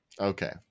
Okay